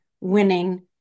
winning